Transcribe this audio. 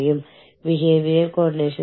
അതെല്ലാം വലിയ വെല്ലുവിളിയാണ്